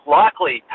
likely